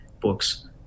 books